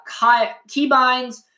keybinds